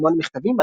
רומן מכתבים,